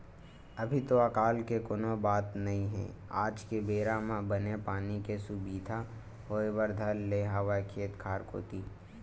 अभी तो अकाल के कोनो बात नई हे आज के बेरा म बने पानी के सुबिधा होय बर धर ले हवय खेत खार कोती